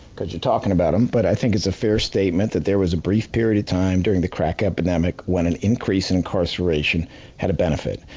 because you're talking about him, but i think it's a fair statement that there was a brief period of time, during the crack epidemic, when an increased incarceration had a benefit.